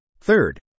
Third